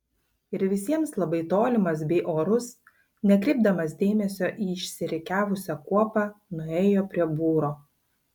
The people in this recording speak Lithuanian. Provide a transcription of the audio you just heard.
ir visiems labai tolimas bei orus nekreipdamas dėmesio į išsirikiavusią kuopą nuėjo prie būro